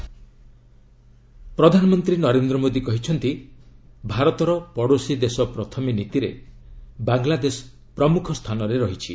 PM Bangladesh ପ୍ରଧାନମନ୍ତ୍ରୀ ନରେନ୍ଦ୍ର ମୋଦି କହିଛନ୍ତି ଭାରତର 'ପଡ଼ୋଶୀ ଦେଶ ପ୍ରଥମେ' ନୀତିରେ ବାଙ୍ଗ୍ଲାଦେଶ ପ୍ରମୁଖ ସ୍ଥାନରେ ରହିଛି